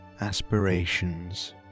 Aspirations